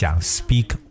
Speak